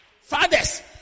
Fathers